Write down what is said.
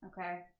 Okay